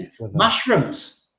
Mushrooms